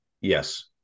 Yes